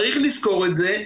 צריך לזכור את זה.